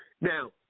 Now